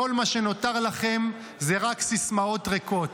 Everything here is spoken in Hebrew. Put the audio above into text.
כל מה שנותר לכם זה רק סיסמאות ריקות.